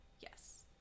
Yes